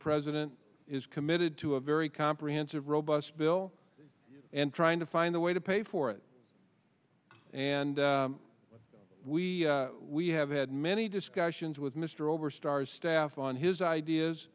president is committed to a very comprehensive robust bill and trying to find a way to pay for it and we we have had many discussions with mr oberstar staff on his ideas